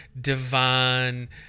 divine